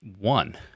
one